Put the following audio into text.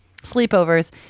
sleepovers